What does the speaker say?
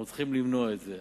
אנחנו צריכים למנוע את זה.